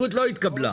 מי נמנע?